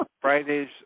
Friday's